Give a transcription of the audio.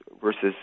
versus